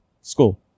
School